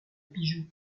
bijou